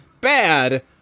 bad